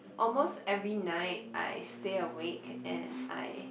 almost every night I stay awake and I